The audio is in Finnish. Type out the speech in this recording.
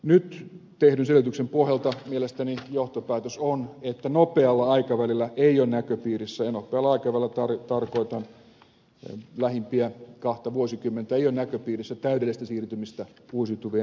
nyt tehdyn selvityksen pohjalta mielestäni johtopäätös on että nopealla aikavälillä ei ole näköpiirissä ja nopealla aikavälillä tarkoitan lähimpiä kahta vuosikymmentä täydellistä siirtymistä uusiutuviin energianlähteisiin